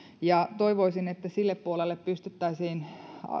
toivoisin että sille puolelle pystyttäisiin